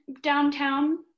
downtown